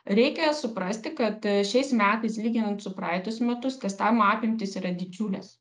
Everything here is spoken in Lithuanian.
reikia suprasti kad šiais metais lyginant su praeitus metus testavimo apimtys yra didžiulės